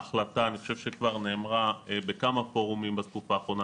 ההחלטה שאני חושב שכבר נאמרה בכמה פורומים בתקופה האחרונה,